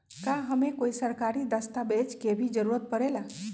का हमे कोई सरकारी दस्तावेज के भी जरूरत परे ला?